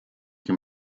que